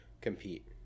compete